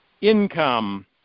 income